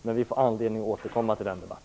Men vi får anledning att återkomma till den debatten.